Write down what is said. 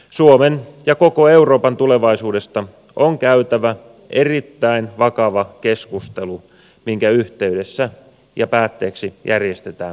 suomen ja koko euroopan tulevaisuudesta on käytävä erittäin vakava keskustelu jonka yhteydessä ja päätteeksi järjestetään kansanäänestys